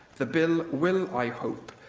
the bill will, i hope,